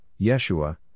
Yeshua